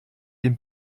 den